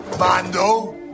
Mando